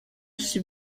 she